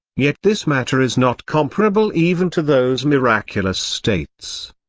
yet this matter is not comparable even to those miraculous states.